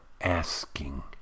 asking